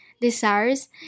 desires